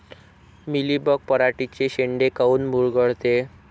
Mealybug पराटीचे चे शेंडे काऊन मुरगळते?